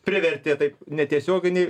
privertė taip netiesioginį